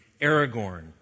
Aragorn